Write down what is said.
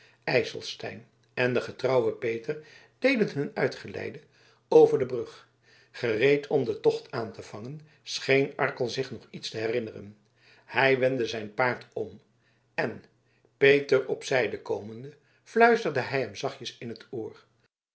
ijselstein en de getrouwe peter deden hun uitgeleide tot over de brug gereed om den tocht aan te vangen scheen arkel zich nog iets te herinneren hij wendde zijn paard om en peter op zijde komende fluisterde hij hem zachtjes in t oor